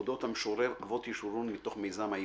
אודות המשורר אבות ישורון מתוך מיזם העבריים.